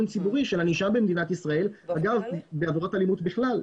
ציבורי של ענישה במדינת ישראל בעבירות אלימות בכלל,